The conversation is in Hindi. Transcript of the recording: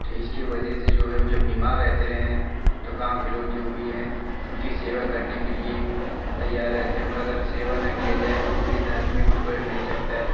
तो इसकी वजह से जो है जब बीमार रहते रहे हैं तो गाँव के लोग जो भी हैं उनकी सेवा करने के लिए तैयार रहते हैं उनका घर सेवा न किया जाए तो वृद्ध आदमी उठ बैठ नहीं सकता